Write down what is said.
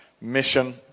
mission